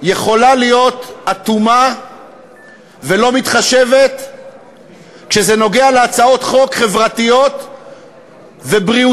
יכולה להיות אטומה ולא מתחשבת כשזה נוגע להצעות חוק חברתיות ובריאותיות,